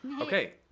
Okay